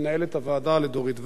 למנהלת הוועדה, לדורית ואג.